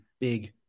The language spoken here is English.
big